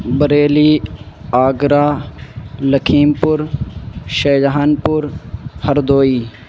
Bareilly Agra Lakhimpur Shahjahanpur Hardoi